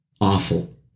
awful